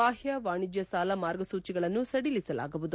ಬಾಹ್ಯ ವಾಣಿಜ್ಯ ಸಾಲ ಮಾರ್ಗಸೂಚಿಗಳನ್ನು ಸಡಿಲಿಸಲಾಗುವುದು